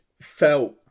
felt